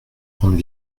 rendre